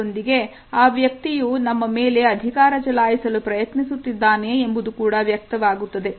ಇದರೊಂದಿಗೆ ಆ ವ್ಯಕ್ತಿಯು ನಮ್ಮ ಮೇಲೆ ಅಧಿಕಾರ ಚಲಾಯಿಸಲು ಪ್ರಯತ್ನಿಸುತ್ತಿದ್ದಾನೆ ಎಂಬುದು ಕೂಡ ವ್ಯಕ್ತವಾಗುತ್ತದೆ